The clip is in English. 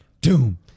doom